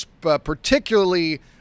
particularly